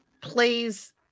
plays